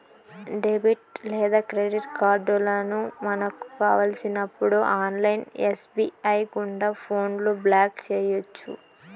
debit లేదా credit కార్డులను మనకు కావలసినప్పుడు ఆన్లైన్ ఎస్.బి.ఐ గుండా ఫోన్లో బ్లాక్ చేయొచ్చు